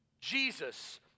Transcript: Jesus